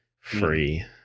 free